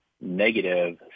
negative